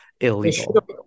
illegal